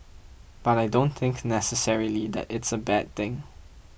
but I don't think necessarily that it's a bad thing